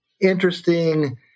interesting